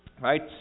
right